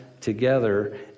together